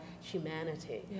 humanity